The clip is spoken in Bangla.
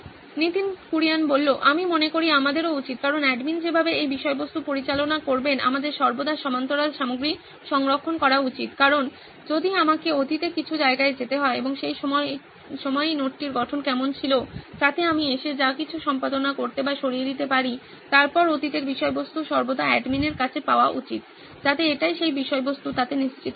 নীতিন কুরিয়ান আমি মনে করি আমাদেরও উচিত কারণ অ্যাডমিন যেভাবে এই বিষয়বস্তু পরিচালনা করবেন আমাদের সর্বদা সমান্তরাল সামগ্রী সংরক্ষণ করা উচিত কারণ যদি আমাকে অতীতে কিছু জায়গায় যেতে হয় এবং সেই সময়ই নোটটির গঠন কেমন ছিল যাতে আমি এসে যা কিছু সম্পাদনা করতে বা সরিয়ে দিতে পারি তারপর অতীতের বিষয়বস্তু সর্বদা অ্যাডমিনের কাছে পাওয়া উচিত যাতে এটাই সেই বিষয়বস্তু তাতে নিশ্চিত হওয়া যায়